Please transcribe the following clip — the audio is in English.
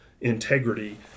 integrity